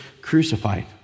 crucified